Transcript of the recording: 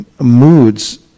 moods